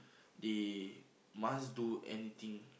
they must do anything